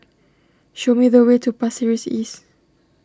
show me the way to Pasir Ris East